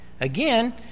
Again